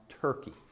Turkey